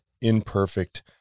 imperfect